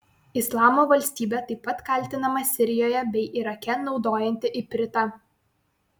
islamo valstybė taip pat kaltinama sirijoje bei irake naudojanti ipritą